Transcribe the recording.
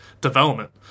development